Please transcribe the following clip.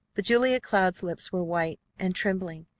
but julia cloud's lips were white and trembling,